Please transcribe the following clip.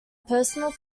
personal